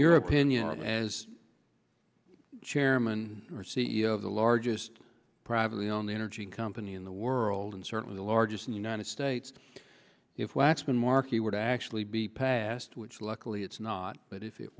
your opinion as chairman or c e o of the largest privately on the energy company in the world and certainly the largest in united states if waxman markey would actually be passed which luckily it's not but if it